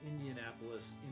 Indianapolis